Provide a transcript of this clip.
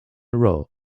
roe